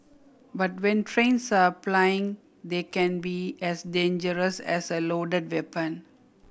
but when trains are plying they can be as dangerous as a loaded weapon